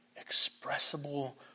expressible